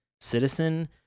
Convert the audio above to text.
citizen